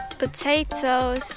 Potatoes